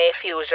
fusion